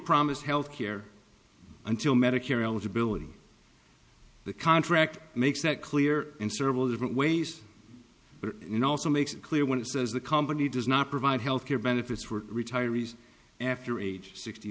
promised health care until medicare eligibility the contract makes that clear and servile different ways but and also makes it clear when it says the company does not provide health care benefits for retirees after age sixty